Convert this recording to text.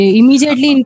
immediately